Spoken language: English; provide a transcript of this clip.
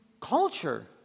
culture